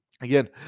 Again